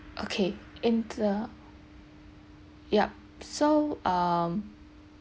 okay in the yup so um